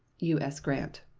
u s. grant.